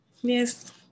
Yes